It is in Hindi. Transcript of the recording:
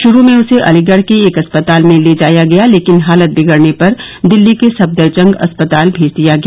शुरू में उसे अलीगढ के एक अस्पताल में ले जाया गया लेकिन हालत बिगडने पर दिल्ली के सफदरजंग अस्पताल भेज दिया गया